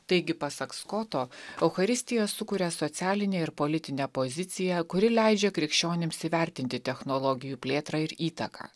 taigi pasak skoto eucharistija sukuria socialinę ir politinę poziciją kuri leidžia krikščionims įvertinti technologijų plėtrą ir įtaką